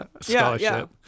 scholarship